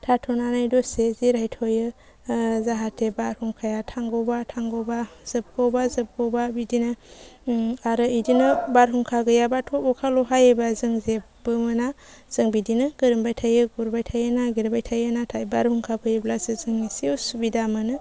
थाथ'नानै दसे जिरायथ'यो जाहाथे बारहुंखाया थांगौबा थांगौबा जोबगौबा जोबगौबा बिदिनो आरो एदिनो बारहुंखा गैआबाथ' अखाल' हायोबा जों जेबो मोना जों बिदिनो गोरोमबाय थायो गुरबाय थायो नागिरबाय थायो नाथाय बारहुंखा फैयोब्लासो जों एसे उसुबिदा मोनो